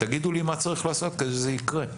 תגידו לי מה צריך לעשות כדי שזה יקרה.